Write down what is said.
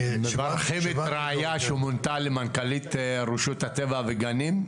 אנו מברכים את רעיה שמונתה למנכ"לית רשות הטבע והגנים.